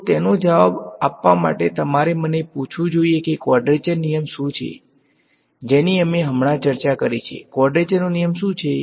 તો તેનો જવાબ આપવા માટે તમારે મને પૂછવું જોઈએ કે કવાડ્રેચર નિયમ શું છે જેની અમે હમણાં જ ચર્ચા કરી છે કવાડ્રેચર નિયમ શું છે